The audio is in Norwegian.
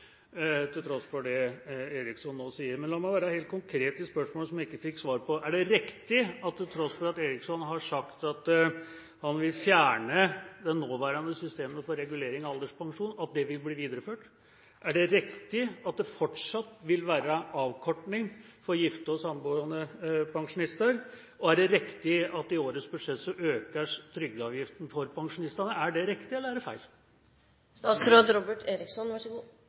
spørsmålet som jeg ikke fikk svar på. Er det riktig, til tross for at Eriksson har sagt at han vil fjerne det nåværende systemet for regulering av alderspensjon, at det vil bli videreført? Er det riktig at det fortsatt vil være avkorting for gifte og samboende pensjonister? Er det riktig at trygdeavgifta for pensjonistene øker i årets budsjett? Er det riktig, eller er det feil? Det er riktig at trygdeavgiften øker, men det er også riktig